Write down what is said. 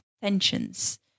tensions